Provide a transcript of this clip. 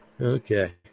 Okay